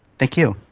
thank you